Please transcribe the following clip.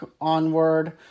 Onward